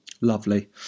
Lovely